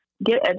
Get